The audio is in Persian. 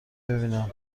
ببینم